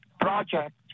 project